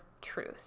truth